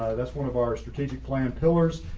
that's one of our strategic plan pillars.